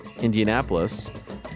Indianapolis